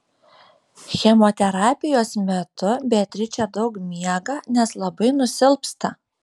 chemoterapijos metu beatričė daug miega nes labai nusilpsta